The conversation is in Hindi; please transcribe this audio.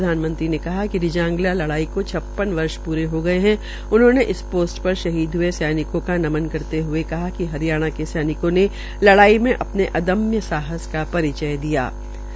प्रधानमंत्री ने कहा कि रिजागला लड़ाई को छप्पन वर्ष प्रे हो गये उन्होंने इस पोस्ट पर शहीद हये सैनिकों का नमन करते हए कहा कि हरियाणा के सैनिकों ने लड़ाई में अपने अदम्य साहस का परिचय दिया था